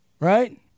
Right